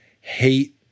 hate